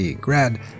grad